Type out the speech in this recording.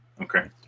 Okay